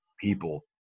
people